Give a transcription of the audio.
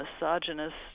misogynist